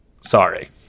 Sorry